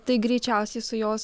tai greičiausiai su jos